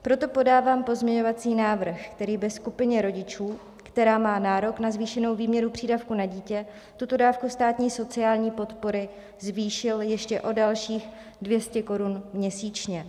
Proto podávám pozměňovací návrh, který by skupině rodičů, která má nárok na zvýšenou výměru přídavku na dítě, tuto dávku státní sociální podpory zvýšil ještě o dalších 200 korun měsíčně.